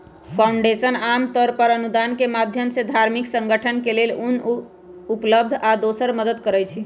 foundation आमतौर पर अनुदान के माधयम से धार्मिक संगठन के लेल धन उपलब्ध आ दोसर मदद करई छई